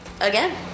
again